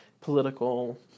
political